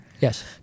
Yes